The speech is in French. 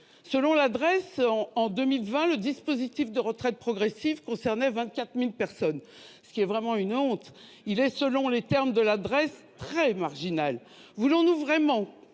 Selon la Drees, le dispositif de retraite progressive concernait 24 000 personnes en 2020, ce qui est vraiment une honte. Il est, selon les termes mêmes de cette étude, très marginal. Voulons-nous vraiment